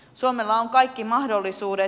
suomella on kaikki mahdollisuudet